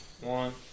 one